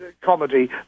comedy